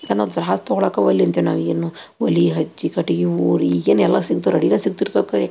ಯಾಕಂದ್ರೆ ನಾವ ತ್ರಾಸ್ ತಗೊಳ್ಳೋಕೆ ಒಲೆ ಅಂತೀವಿ ನಾವು ಏನು ಒಲೆ ಹಚ್ಚಿ ಕಟ್ಟಿಗೆ ಊರಿ ಈಗೇನೆಲ್ಲ ಸಿಕ್ತೀವಿ ರೆಡಿಗೆ ಸಿಕ್ತಿರ್ತಾವ ಕರೆ